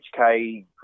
HK